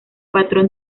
patrón